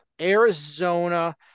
Arizona